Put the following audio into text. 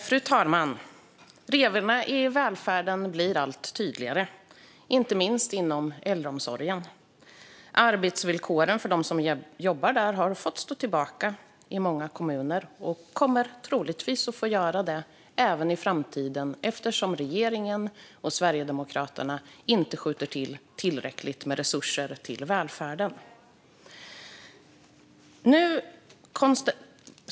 Fru talman! Revorna i välfärden blir allt tydligare, inte minst inom äldreomsorgen. Arbetsvillkoren för dem som jobbar där har fått stå tillbaka i många kommuner och kommer troligtvis att få göra det även i framtiden eftersom regeringen och Sverigedemokraterna inte skjuter till tillräckligt med resurser till välfärden.